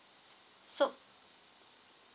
so